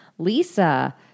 Lisa